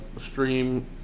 stream